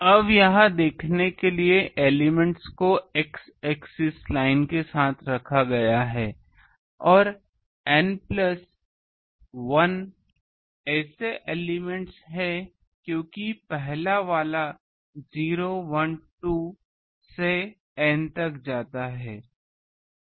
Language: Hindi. अब यह देखने के लिए कि एलिमेंट्स को x एक्सिस लाइन के साथ रखा गया है और N प्लस 1 ऐसे एलिमेंट् हैं क्योंकि पहला वाला 012 से N तक जाता है